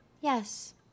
Yes